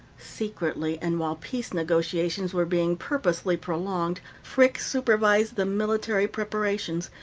secretly, and while peace negotiations were being purposely prolonged, frick supervised the military preparations,